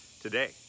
today